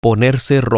Ponerse